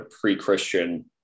pre-Christian